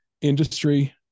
industry